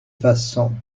façons